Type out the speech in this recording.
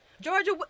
Georgia